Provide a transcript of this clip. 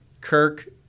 Kirk